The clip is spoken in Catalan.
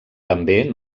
també